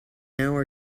hour